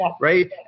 right